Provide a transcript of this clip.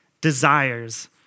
desires